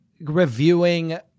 reviewing